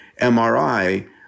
MRI